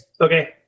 Okay